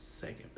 second